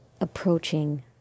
approaching